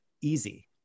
easy